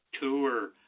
Tour